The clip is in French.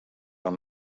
dans